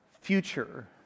future